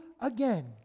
again